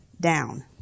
down